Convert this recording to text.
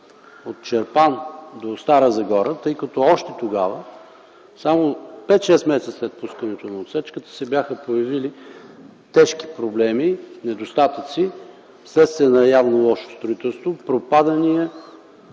от Чирпан до Стара Загора, тъй като още тогава само 5-6 месеца след пускането на отсечката се бяха появили тежки проблеми, недостатъци вследствие явно на лошото строителство – пропадания,